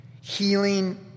healing